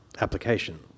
application